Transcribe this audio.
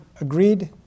agreed